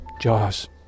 Jaws